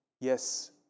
yes